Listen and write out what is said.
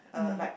mm